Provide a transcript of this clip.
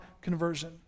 conversion